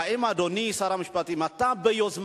והאם אתה, אדוני שר המשפטים, ביוזמתך,